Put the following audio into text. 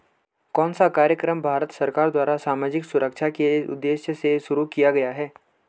कौन सा कार्यक्रम भारत सरकार द्वारा सामाजिक सुरक्षा के उद्देश्य से शुरू किया गया है?